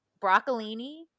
broccolini